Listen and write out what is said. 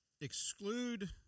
exclude